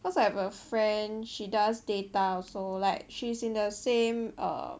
cause I have a friend she does data also like she's in the same err